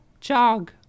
jog